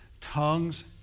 tongues